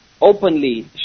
openly